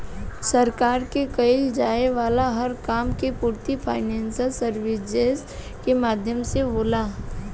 सरकार के कईल जाये वाला हर काम के पूर्ति फाइनेंशियल सर्विसेज के माध्यम से होला